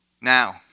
Now